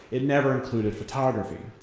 it never included photography.